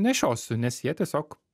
nešiosiu nes jie tiesiog